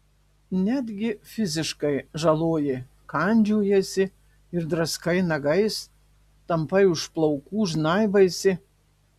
netgi fiziškai žaloji kandžiojiesi ir draskai nagais tampai už plaukų žnaibaisi